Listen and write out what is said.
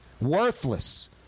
worthless